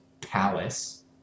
palace